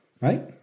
right